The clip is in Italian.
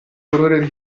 dolore